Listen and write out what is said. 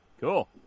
Cool